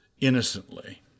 innocently